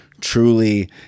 truly